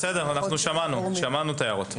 בסדר, שמענו את ההערות.